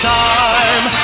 time